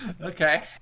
Okay